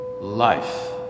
life